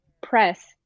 press